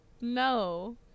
No